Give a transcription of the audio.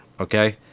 okay